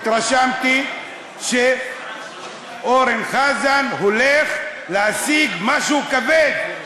התרשמתי שאורן חזן הולך להשיג משהו כבד.